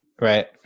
right